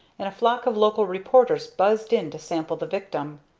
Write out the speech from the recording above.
and a flock of local reporters buzzed in to sample the victim.